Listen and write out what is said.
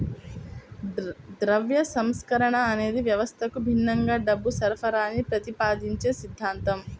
ద్రవ్య సంస్కరణ అనేది వ్యవస్థకు భిన్నంగా డబ్బు సరఫరాని ప్రతిపాదించే సిద్ధాంతం